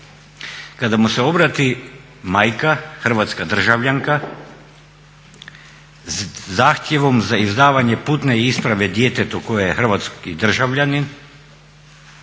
kada mu se obrati majka, hrvatska državljanka sa zahtjevom za izdavanje putne isprave djetetu koje je hrvatski državljanin